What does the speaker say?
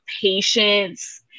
patience